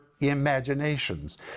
imaginations